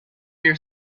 your